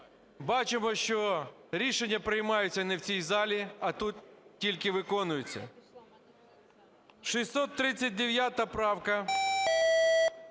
Бачимо, що рішення приймаються не в цій залі, а тут тільки виконуються. 639 правка. Абзац